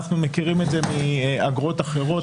אנחנו מכירים את זה מאגרות אחרות,